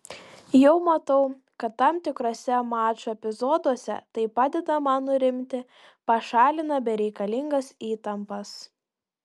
jau matau kad tam tikruose mačų epizoduose tai padeda man nurimti pašalina bereikalingas įtampas